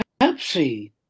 Pepsi